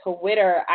Twitter